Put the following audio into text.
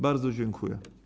Bardzo dziękuję.